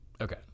Okay